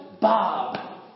Bob